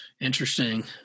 Interesting